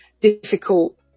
difficult